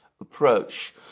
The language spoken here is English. approach